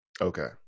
Okay